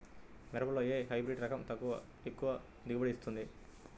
మిరపలో ఏ హైబ్రిడ్ రకం ఎక్కువ దిగుబడిని ఇస్తుంది?